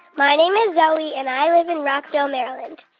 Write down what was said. my name is zoey, and i live in rockville, md. um and